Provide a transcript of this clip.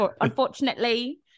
Unfortunately